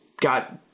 got-